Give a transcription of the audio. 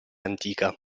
antica